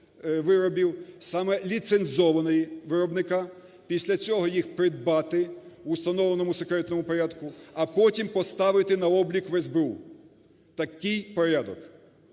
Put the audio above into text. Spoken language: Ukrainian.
виробів, саме ліцензованого виробника, після цього їх придбати в установленому секретному порядку, а потім поставити на облік в СБУ. Такий порядок.